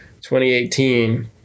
2018